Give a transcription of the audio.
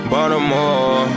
Baltimore